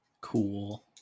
Cool